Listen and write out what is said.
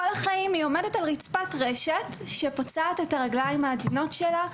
היא עומדת כל החיים על רצפת רשת שפוצעת את הרגליים העדינות שלה.